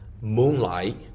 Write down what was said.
moonlight